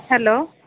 hello